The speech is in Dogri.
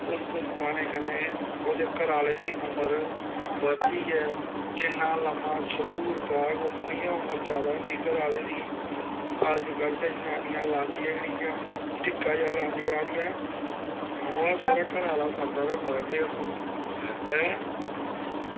कुमकुम पाने कन्नै ओह्दे घरै आह्ले दी उमर बधदी ऐ जिन्ना लम्मा संदूर पाग उन्नी गै उमर जैदा होंदी घरै आह्ले दी अजकल्ल ते जनानियां लांदियां गै नेईं इ'यां टिक्का जेहा लांदियां आक्खदियां मोआ सौह्रा घरै आह्ला मरदा ते मरन देओ ऐं